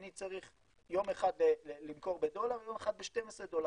אני צריך יום אחד למכור בדולר ויום אחד ב-12 דולר,